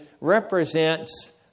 represents